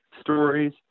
stories